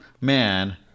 man